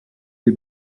des